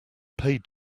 paid